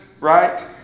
right